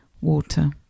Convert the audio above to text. water